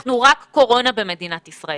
אנחנו רק קורונה במדינת ישראל